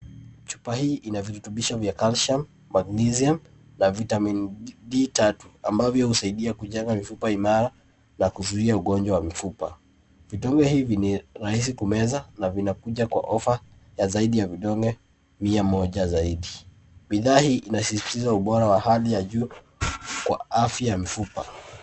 Chupa hii ina virutubisho vya calcium, magnesium na vitamin d tatu, ambavyo husaidia kujenga mifupa imara na kuzuia ugonjwa wa mifupa. Vidonge hivi ni rahisi kumeza, na vinakuja kwa offer ya zaidi ya vidonge mia moja zaidi. Bidhaa hii inasisitiza ubora wa hali ya juu, kwa afya ya mifupa.